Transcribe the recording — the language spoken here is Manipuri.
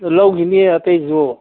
ꯂꯧꯒꯤꯅꯤ ꯑꯇꯩꯁꯨ